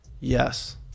Yes